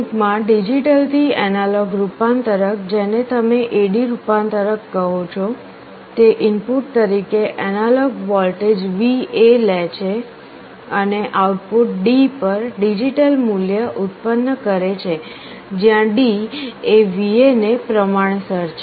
ટૂંકમાં ડિજિટલ થી એનાલોગ રૂપાંતરક જેને તમે AD રૂપાંતરક કહો છો તે ઇનપુટ તરીકે એનાલોગ વોલ્ટેજ VA લે છે અને આઉટપુટ D પર ડિજિટલ મૂલ્ય ઉત્પન્ન કરે છે જ્યાં D એ VA ને પ્રમાણસર છે